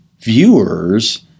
viewers